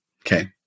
Okay